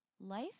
Life